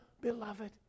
Beloved